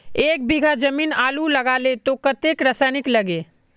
एक बीघा जमीन आलू लगाले तो कतेक रासायनिक लगे?